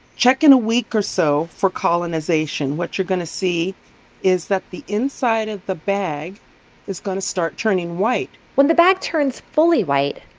check in a week or so for colonization. what you're going to see is that the inside of the bag is going to start turning white when the bag turns fully white,